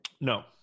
no